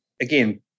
again